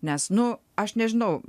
nes nu aš nežinau